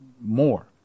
more